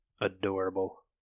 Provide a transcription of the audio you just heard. Adorable